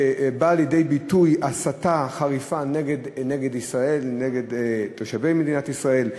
שבאה בו לידי ביטוי הסתה חריפה נגד ישראל ונגד תושבי מדינת ישראל,